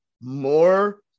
more